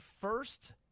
first